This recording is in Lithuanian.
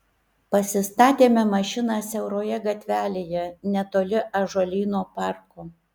pasistatėme mašiną siauroje gatvelėje netoli ąžuolyno parko